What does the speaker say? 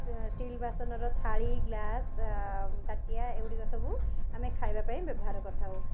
steel ବାସନର ଥାଳି glass ତାଟିଆ ଏଗୁଡ଼ିକ ସବୁ ଆମେ ଖାଇବା ପାଇଁ ବ୍ୟବହାର କରିଥାଉ